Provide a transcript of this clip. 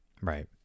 Right